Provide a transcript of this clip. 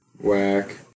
Whack